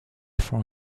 for